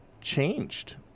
changed